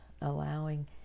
allowing